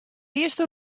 earste